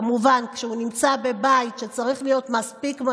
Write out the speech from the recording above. וכמובן כשהוא נמצא בבית שצריך להגן עליו מספיק,